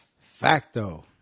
Facto